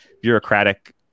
bureaucratic